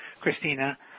Christina